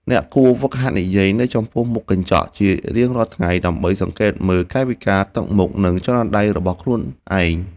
អ្នកគួរហ្វឹកហាត់និយាយនៅចំពោះមុខកញ្ចក់ជារៀងរាល់ថ្ងៃ ដើម្បីសង្កេតមើលកាយវិការ ទឹកមុខ និងចលនាដៃរបស់ខ្លួនឯង។